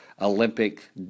Olympic